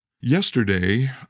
Yesterday